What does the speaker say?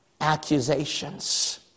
accusations